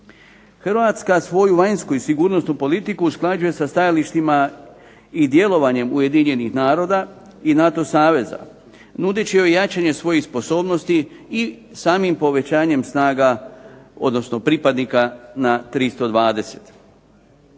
Hrvatska svoju vanjsku i sigurnosnu politiku usklađuje sa stajalištima i djelovanjem UN-a i NATO saveza nudeći joj jačanje svojih sposobnosti i samim povećanjem snaga, odnosno pripadnika na 320.